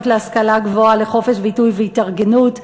להשכלה גבוהה לחופש ביטוי והתארגנות.